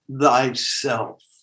thyself